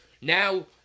Now